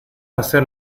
hacer